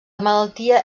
malaltia